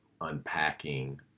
unpacking